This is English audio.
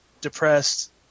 depressed